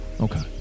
Okay